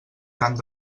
tant